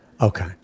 Okay